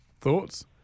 Thoughts